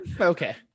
Okay